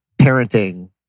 parenting